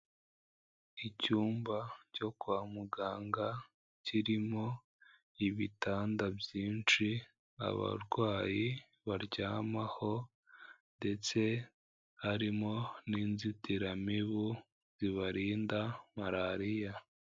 Icyumba cyo kwa muganga kirimo ibitanda byinshi, abarwayi baryamaho ndetse harimo n'inzitiramibu zibarinda Malariya.